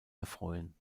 erfreuen